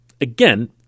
again